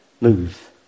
move